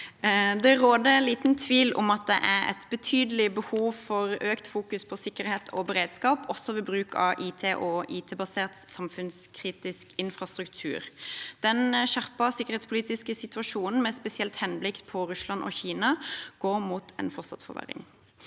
Det råder liten tvil om at det er et betydelig behov for økt fokus på sikkerhet og beredskap, også ved bruk av IT og IT-basert samfunnskritisk infrastruktur. Den skjerpede sikkerhetspolitiske situasjonen, spesielt med henblikk på Russland og Kina, går fortsatt mot en forverring.